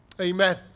Amen